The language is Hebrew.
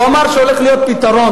הוא אמר שהולך להיות פתרון.